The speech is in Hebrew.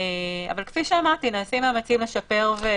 אבל כפי שאמרתי, נעשים מאמצים לשפר.